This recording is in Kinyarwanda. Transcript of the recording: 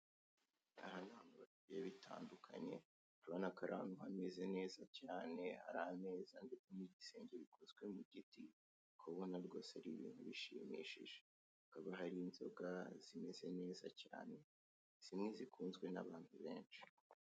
Ahatangirwa serivise ry'ubucuruzi by'ibinyobwa bisembuye ndetse n'ibidasembuye hifashishijwe ikoranabuhanga, umuguzi wambaye imyenda irimo ibara ry'ubururu ndetse n'umweru ahatangirwa ubucuruzi harimo ibara ry'umweru